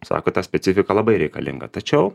sako ta specifika labai reikalinga tačiau